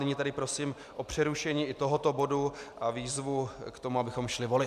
Nyní tedy prosím o přerušení i tohoto bodu a výzvu k tomu, abychom šli volit.